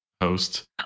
host